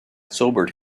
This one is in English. sobered